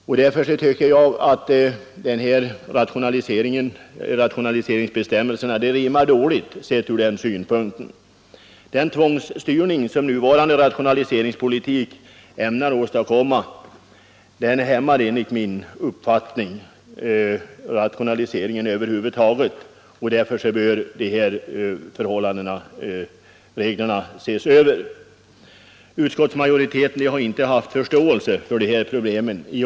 Men jag tycker att dessa rationaliseringsbestämmelser rimmar dåligt med denna vår vilja och strävan. Den tvångsstyrning man här vill åstadkomma med den nuvarande rationaliseringspolitiken hämmar enligt min mening i stället rationaliseringen. Därför bör reglerna ses över. Men utskottsmajoriteten har inte heller i år haft förståelse för dessa problem.